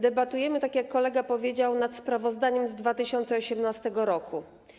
Debatujemy, tak jak kolega powiedział, nad sprawozdaniem z 2018 r.